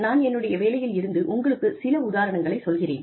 நான் என்னுடைய வேலையில் இருந்து உங்களுக்கு சில உதாரணங்களைச் சொல்கிறேன்